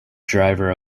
driver